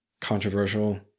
controversial